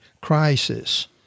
crisis